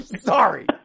Sorry